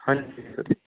ਹਾਂਜੀ ਸਰ